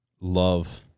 love